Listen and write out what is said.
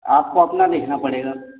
आपको अपना देखना पड़ेगा